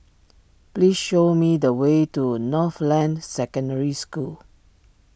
please show me the way to Northland Secondary School